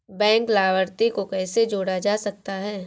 Bank लाभार्थी को कैसे जोड़ा जा सकता है?